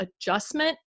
adjustment